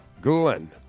Glenn